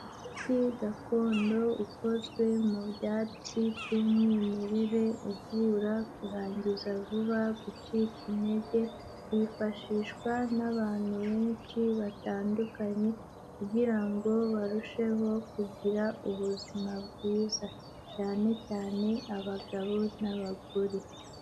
Umuti gakondo ukozwe mu byatsi by'umwimerere, uvura kurangiza vuba, gucika intege, wifashishwa n'abantu benshi batandukanye kugira ngo barusheho kugira ubuzima bwiza, cyane cyane abagabo n'abagore.